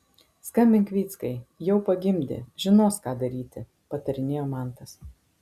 skambink vyckai jau pagimdė žinos ką daryti patarinėjo mantas